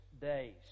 days